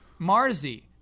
Marzi